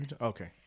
Okay